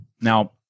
now